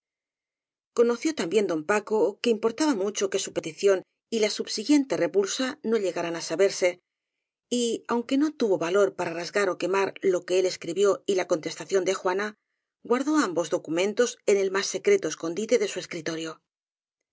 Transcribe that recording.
conoció también don paco que importaba mu cho que su petición y la subsiguiente repulsa no llegaran á saberse y aunque no tuvo valor para rasgar ó quemar lo que él escribió y la contesta ción de juana guardó ambos documentos en el más secreto escondite de su escritorio